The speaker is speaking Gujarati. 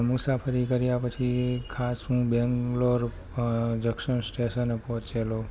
મુસાફરી કર્યા પછી ખાસ હું બેંગલોર જકસન સ્ટેશને પહોંચેલો